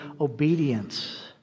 obedience